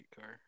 car